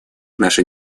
наша